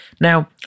Now